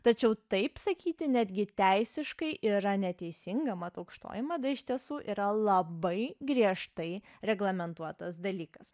tačiau taip sakyti netgi teisiškai yra neteisinga mat aukštoji mada iš tiesų yra labai griežtai reglamentuotas dalykas